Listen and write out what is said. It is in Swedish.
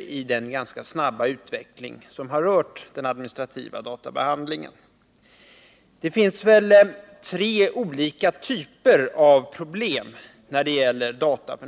i den ganska snabba utvecklingen av den administrativa databehandlingen. Det finns f.n. tre olika problem när det gäller data.